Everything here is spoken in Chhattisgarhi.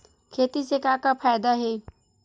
खेती से का का फ़ायदा हे?